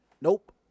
nope